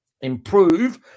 improve